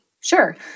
Sure